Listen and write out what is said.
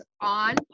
on